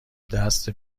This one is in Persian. دست